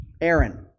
Aaron